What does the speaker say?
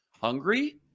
hungry